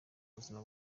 buzima